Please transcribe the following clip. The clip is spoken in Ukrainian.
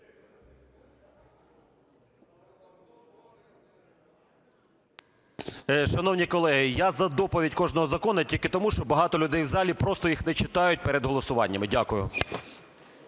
Шановні колеги, я за доповідь кожного закону тільки тому, що багато людей в залі просто їх не читають перед голосуваннями. Дякую.